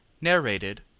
Narrated